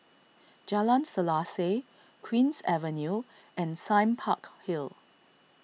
Jalan Selaseh Queen's Avenue and Sime Park Hill